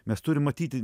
mes turim matyti